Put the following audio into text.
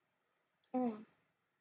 mm